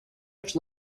much